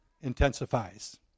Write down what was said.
intensifies